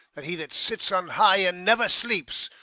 that he that sits on high and never sleeps,